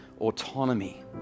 autonomy